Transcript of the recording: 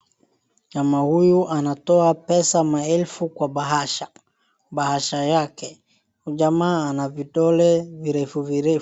Jamaa huyu anatoa pesa maelfu kwa bahasha, bahasha yake, jamaa ana vidole virefuvirefu.